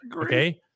Okay